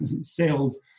sales